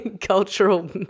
cultural